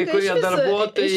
kai kurie darbuotojai